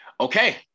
okay